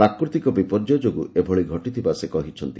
ପ୍ରାକୃତିକ ବିପର୍ଯ୍ୟୟ ଯୋଗୁଁ ଏଭଳି ଘଟିଥିବା ସେ କହିଛନ୍ତି